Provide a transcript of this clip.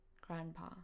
Grandpa